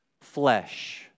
flesh